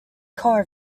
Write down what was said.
car